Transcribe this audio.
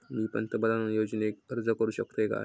मी पंतप्रधान योजनेक अर्ज करू शकतय काय?